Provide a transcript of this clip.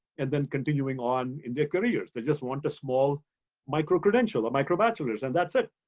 and then continuing on in their careers, they just want a small micro credential, a microbachelors and that's it.